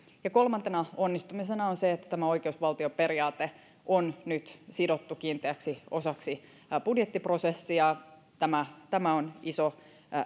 ja kolmantena onnistumisena on se että tämä oikeusvaltioperiaate on nyt sidottu kiinteäksi osaksi budjettiprosessia tämä tämä on iso